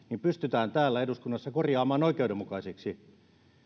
pystytään täällä eduskunnassa korjaamaan niitä oikeudenmukaisiksi